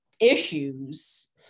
issues